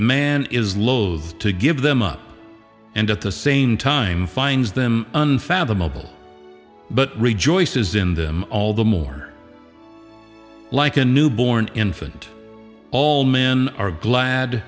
man is loath to give them up and at the same time finds them unfathomable but rejoices in them all the more like a newborn infant all men are glad